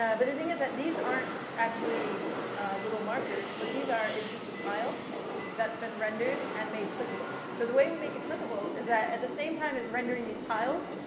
yeah but the thing is that these aren't actually little markers. what these are is just a tile that's been rendered and made clickable. so the way we make it clickable is that, at the same time as rendering these tiles,